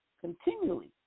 continually